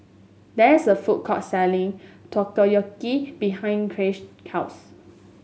there is a food court selling Takoyaki behind Chace's house